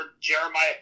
Jeremiah